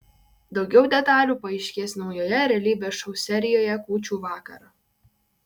daugiau detalių paaiškės naujoje realybės šou serijoje kūčių vakarą